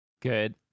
Good